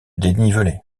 dénivelé